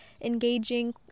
engaging